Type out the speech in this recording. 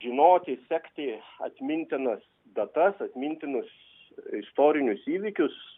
žinoti sekti atmintinas datas atmintinus istorinius įvykius